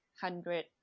hundred